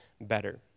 better